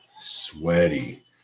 sweaty